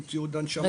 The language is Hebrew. עם ציוד הנשמה.